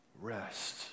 rest